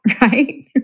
right